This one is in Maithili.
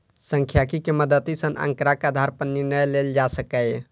सांख्यिकी के मदति सं आंकड़ाक आधार पर निर्णय लेल जा सकैए